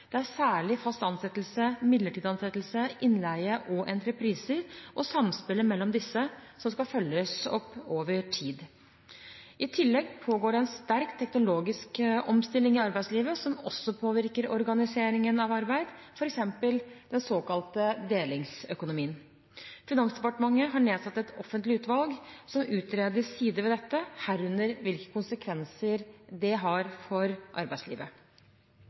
Det er særlig fast ansettelse, midlertidig ansettelse, innleie og entrepriser, og samspillet mellom disse, som skal følges opp over tid. I tillegg pågår det en sterk teknologisk omstilling i arbeidslivet som også påvirker organiseringen av arbeid, f.eks. den såkalte delingsøkonomien. Finansdepartementet har nedsatt et offentlig utvalg som utreder sider ved dette, herunder hvilke konsekvenser det har for arbeidslivet. De ulike problemstillingene rundt både bemanningsbransjen og tilknytningsformer i arbeidslivet